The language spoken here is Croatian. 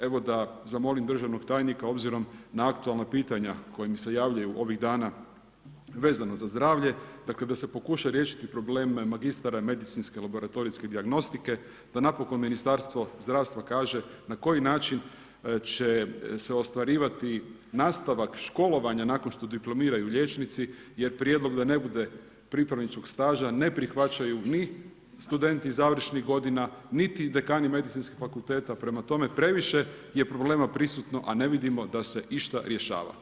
Evo, da zamolim državnog tajnika, obzirom na aktualna pitanja koja se javljaju ovih dana vezano za zdravlje, dakle, da se pokuša riješiti problem magistara medicinske laboratorijske dijagnostike, da napokon Ministarstvo zdravstva kaže na koji način će se ostvarivati nastavak školovanja nakon što diplomiraju liječnici jer prijedlog da ne bude pripravničkog staža, ne prihvaćaju ni studenti završnih godina, niti dekani medicinskih fakulteta, prema tome, previše je problema prisutno, a ne vidimo da se išta rješava.